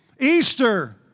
Easter